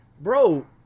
bro